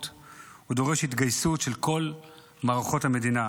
דורש מנהיגות, דורש התגייסות של כל מערכות המדינה: